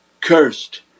cursed